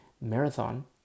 marathon